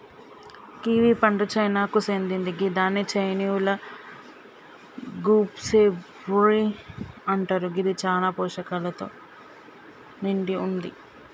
kiwi పండు చైనాకు సేందింది గిదాన్ని చైనీయుల గూస్బెర్రీ అంటరు గిది చాలా పోషకాలతో నిండి వుంది